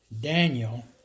Daniel